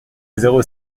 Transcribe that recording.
zéro